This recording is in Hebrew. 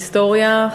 היסטוריה,